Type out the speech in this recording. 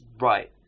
right